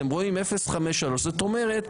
זאת אומרת,